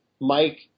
Mike